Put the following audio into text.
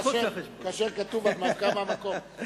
אבל כאשר כתוב הנמקה מהמקום,